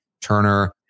Turner